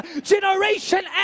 Generation